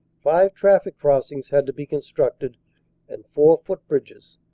five traffic crossings had to be constructed and four footbridges.